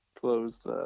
closed